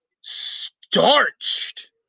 starched